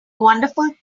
wonderful